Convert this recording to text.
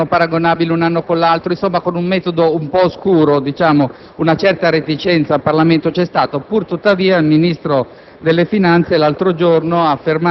che non erano paragonabili un anno con l'altro, insomma con un metodo un po' oscuro, e dunque una certa reticenza, in Parlamento, c'è stata. Tuttavia il Vice ministro